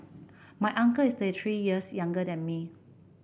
my uncle is years younger than me